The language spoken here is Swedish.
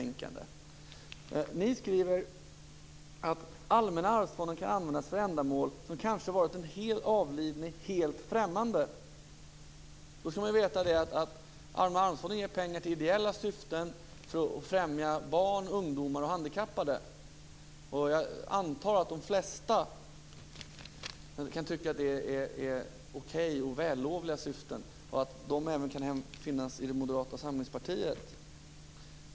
Ni skriver att Allmänna arvsfonden kan användas för ändamål som kanske varit den avlidne helt främmande. Då skall man veta att Allmänna arvsfonden ger pengar till ideella syften för att främja barn, ungdomar och handikappade. Jag antar att de flesta kan tycka att det är okej och att det är vällovliga syften. Jag antar att de som tycker detta även kan finnas i Moderata samlingspartiet.